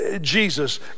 Jesus